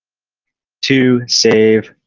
to save,